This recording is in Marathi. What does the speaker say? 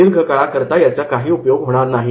दीर्घ काळाकरता याचा काही उपयोग होणार नाही